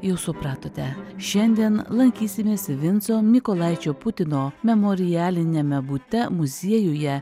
jau supratote šiandien lankysimės vinco mykolaičio putino memorialiniame bute muziejuje